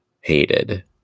hated